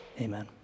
amen